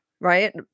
right